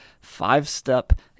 five-step